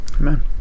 Amen